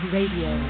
Radio